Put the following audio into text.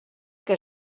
que